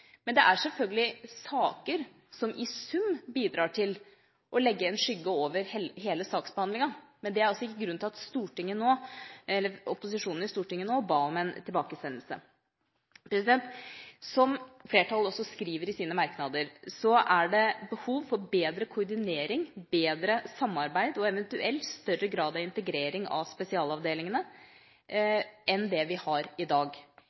men det er altså ikke grunnen til at opposisjonen i Stortinget nå ba om en tilbakesendelse. Som flertallet også skriver i sine merknader, er det behov for bedre koordinering, bedre samarbeid og eventuelt større grad av integrering av spesialavdelingene enn det vi har i dag.